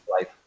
life